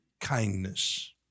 kindness